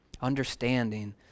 Understanding